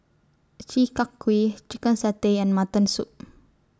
Chi Kak Kuih Chicken Satay and Mutton Soup